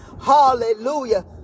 Hallelujah